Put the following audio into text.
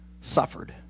suffered